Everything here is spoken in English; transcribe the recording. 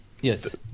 Yes